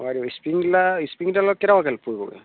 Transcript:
Springdale স্প্ৰিংডালত কেইটকাকৈ পৰিবগৈ